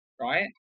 right